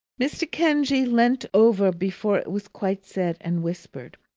mr. kenge leant over before it was quite said and whispered.